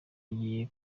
agiye